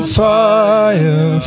fire